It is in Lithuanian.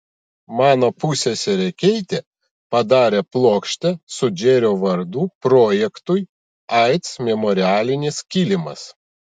mano pusseserė keitė padarė plokštę su džerio vardu projektui aids memorialinis kilimas